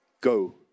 Go